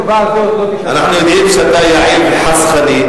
אנחנו יודעים שאתה יעיל וחסכני,